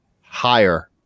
higher